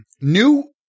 New